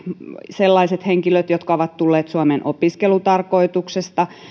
sellaiset henkilöt jotka ovat tulleet suomeen opiskelutarkoituksessa